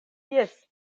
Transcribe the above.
jes